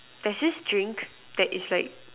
there's this drink that's like